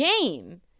game